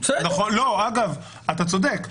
אתה צודק.